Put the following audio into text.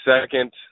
second